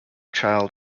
child